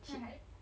很 cheap